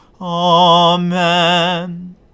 Amen